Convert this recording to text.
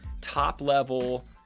top-level